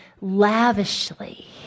lavishly